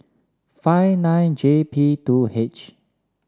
five nine J P two H